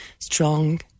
strong